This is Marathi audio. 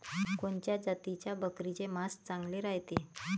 कोनच्या जातीच्या बकरीचे मांस चांगले रायते?